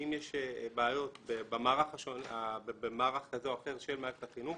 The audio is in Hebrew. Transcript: אם יש בעיות במערך כזה או אחר של מערכת החינוך.